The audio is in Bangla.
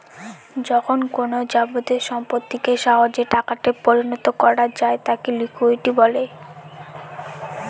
যখন কোনো যাবতীয় সম্পত্তিকে সহজে টাকাতে পরিণত করা যায় তাকে লিকুইডিটি বলে